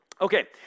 Okay